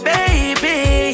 Baby